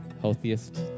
healthiest